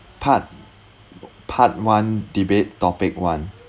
part part one debate topic one